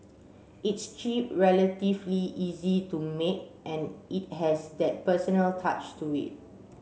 it's cheap relatively easy to make and it has that personal touch to it